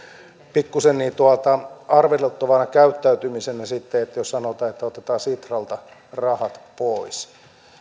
pikkusen arveluttavana käyttäytymisenä jos sanotaan että otetaan sitralta rahat pois